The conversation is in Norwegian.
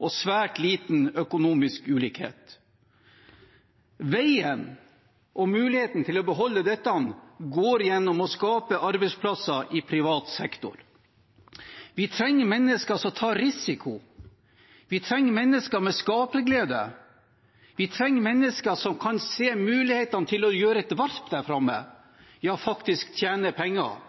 og svært liten økonomisk ulikhet. Veien og muligheten til å beholde dette går gjennom å skape arbeidsplasser i privat sektor. Vi trenger mennesker som tar risiko. Vi trenger mennesker med skaperglede. Vi trenger mennesker som kan se muligheten til å gjøre et varp der framme, ja, faktisk tjene penger –